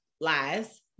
lies